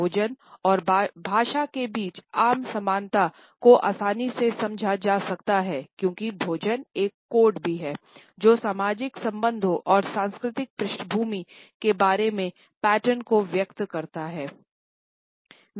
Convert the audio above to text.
भोजन और भाषा के बीच आम समानता को आसानी से समझ सकता है क्योंकि भोजन एक कोड भी है जो सामाजिक संबंधों और सांस्कृतिक पृष्ठभूमि के बारे में पैटर्न को व्यक्त करता है